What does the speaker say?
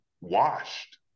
washed